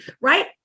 right